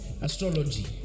Astrology